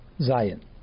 Zion